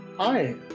Hi